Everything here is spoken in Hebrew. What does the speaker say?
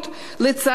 לצערי,